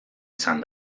izan